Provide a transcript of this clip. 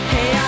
Hey